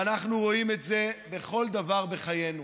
ואנחנו רואים את זה בכל דבר בחיינו.